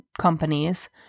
companies